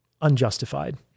unjustified